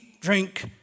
drink